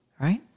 right